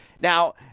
Now